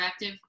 interactive